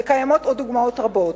ויש עוד דוגמאות רבות.